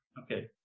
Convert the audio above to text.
okay